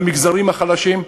למגזרים החלשים,